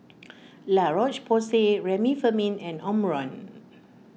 La Roche Porsay Remifemin and Omron